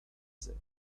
said